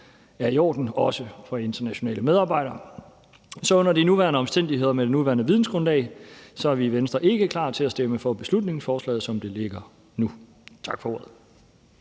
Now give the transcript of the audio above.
er i orden, også for internationale medarbejdere. Så under de nuværende omstændigheder med det nuværende videngrundlag er vi i Venstre ikke klar til at stemme for beslutningsforslaget, som det ligger nu. Tak for ordet.